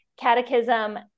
catechism